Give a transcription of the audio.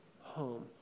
home